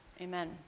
Amen